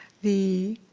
the